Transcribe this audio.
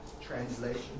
translation